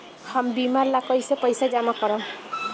हम बीमा ला कईसे पईसा जमा करम?